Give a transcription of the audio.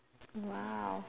!wow!